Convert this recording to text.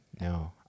no